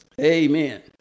Amen